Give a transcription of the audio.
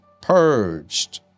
purged